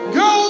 go